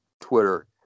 twitter